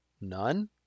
None